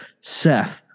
Seth